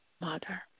mother